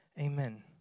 Amen